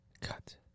Cut